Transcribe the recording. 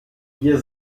wir